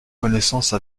connaissance